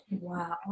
Wow